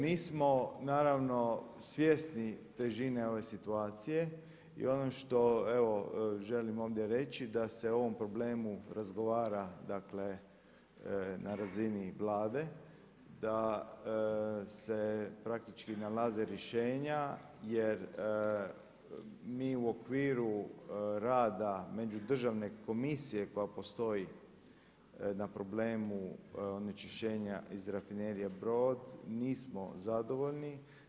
Mi smo naravno svjesni težine ove situacije i ono što evo želim ovdje reći da se o ovom problemu razgovara, dakle na razini Vlade, da se praktički nalaze rješenja jer mi u okviru rada međudržavne komisije koja postoji na problemu onečišćenja iz rafinerije Brod nismo zadovoljni.